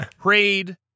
prayed